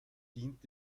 dient